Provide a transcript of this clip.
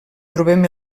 trobem